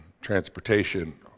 transportation